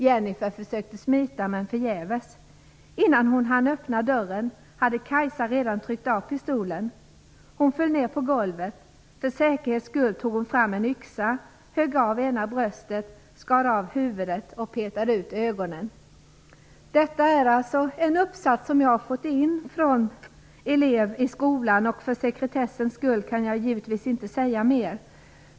Jennifer försökte smita men förgäves. Innan hon hann öppna dörren hade Kajsa redan tryckt av pistolen. Hon föll ner på golvet. För säkerhets skull tog hon fram en yxa, högg av ena bröstet, skar av huvudet och petade ut ögonen." Detta är alltså en uppsats som jag har fått in från en elev i skolan - för sekretessens skull kan jag givetvis inte säga mera.